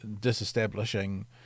disestablishing